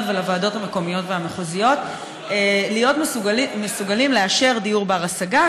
ולוועדות המקומיות והמחוזיות להיות מסוגלות לאשר דיור בר-השגה,